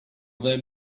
there